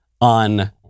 on